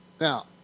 Now